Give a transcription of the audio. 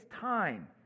time